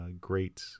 great